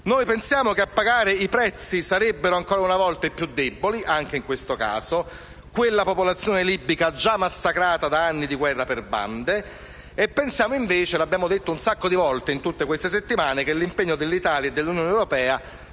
Noi pensiamo che a pagare i prezzi sarebbero, ancora una volta, i più deboli, quella popolazione libica già massacrata da anni di guerra per bande. Pensiamo, invece, come abbiamo detto tante volte in queste settimane, che l'impegno dell'Italia e dell'Unione europea